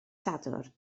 sadwrn